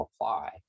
apply